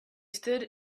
stood